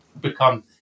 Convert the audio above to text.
become